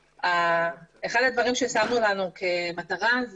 אחד הדברים ששמנו לנו כמטרה,